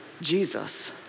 Jesus